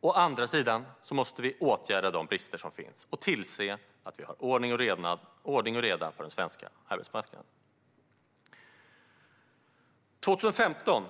Å andra sidan måste vi åtgärda de brister som finns och tillse att vi har ordning och reda på den svenska arbetsmarknaden. År 2015,